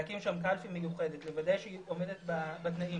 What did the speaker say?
להקים שם קלפי מיוחדת, לוודא שהיא עומדת בתנאים